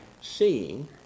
seeing